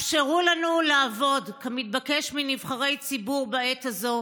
אפשרו לנו לעבוד, כמתבקש מנבחרי ציבור בעת הזו,